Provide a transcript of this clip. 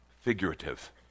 figurative